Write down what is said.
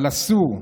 אבל אסור,